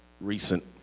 recent